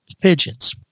pigeons